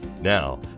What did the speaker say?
Now